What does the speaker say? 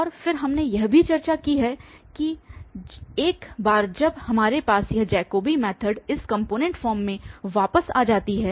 और फिर हमने यह भी चर्चा की है कि एक बार जब हमारे पास यह जैकोबी मैथड इस कॉम्पोनेंट फॉर्म में वापस आ जाती है